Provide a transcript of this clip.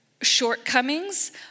shortcomings